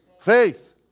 Faith